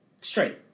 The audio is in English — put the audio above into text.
straight